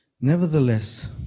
Nevertheless